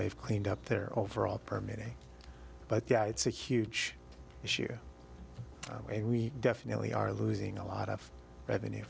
they've cleaned up their overall permit but yeah it's a huge issue and we definitely are losing a lot of revenue